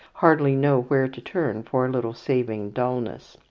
hardly know where to turn for a little saving dulness.